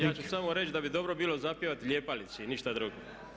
Ja ću samo reći da bi dobro bilo zapjevati "Lijepa li si" i ništa drugo.